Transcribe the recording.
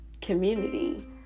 community